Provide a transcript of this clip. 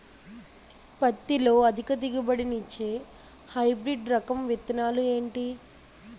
పత్తి లో అధిక దిగుబడి నిచ్చే హైబ్రిడ్ రకం విత్తనాలు ఏంటి